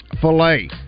filet